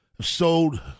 sold